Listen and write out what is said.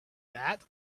that